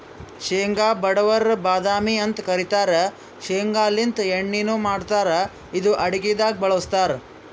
ಶೇಂಗಾ ಬಡವರ್ ಬಾದಾಮಿ ಅಂತ್ ಕರಿತಾರ್ ಶೇಂಗಾಲಿಂತ್ ಎಣ್ಣಿನು ಮಾಡ್ತಾರ್ ಇದು ಅಡಗಿದಾಗ್ ಬಳಸ್ತಾರ್